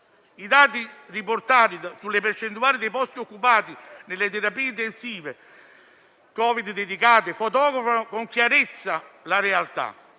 I dati riportati sulle percentuali dei posti occupati nelle terapie intensive Covid dedicate fotografano con chiarezza la realtà